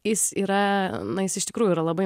jis yra na jis iš tikrųjų yra labai